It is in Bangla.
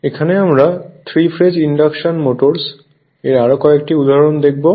এখানে আমরা থ্রি ফেজ ইন্ডাকশন মোটরস এর আরো কয়েকটি উদাহরণ দেখবো